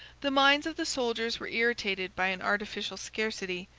the minds of the soldiers were irritated by an artificial scarcity,